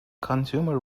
consumer